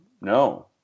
no